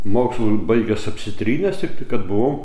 mokslus baigęs apsitrynęs tik kad buvau